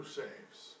saves